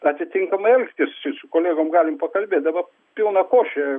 atitinkamai elgtis su kolegom galim pakalbėt pilna košė